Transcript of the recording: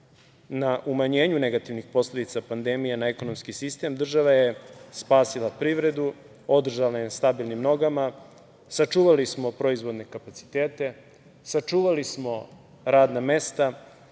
na umanjenju negativnih posledica pandemije na ekonomski sistem, država je spasila privredu, održala je na stabilnim nogama, sačuvali smo proizvodne kapacitete, sačuvali smo radna mesta,